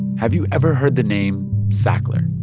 have you ever heard the name sackler?